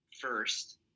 first